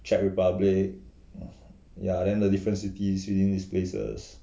Czech republic hmm ya then the different cities within these places